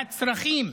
והצרכים,